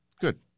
Good